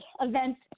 events